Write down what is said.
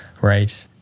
right